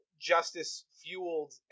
justice-fueled